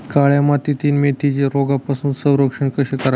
काळ्या मातीतील मेथीचे रोगापासून संरक्षण कसे करावे?